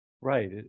Right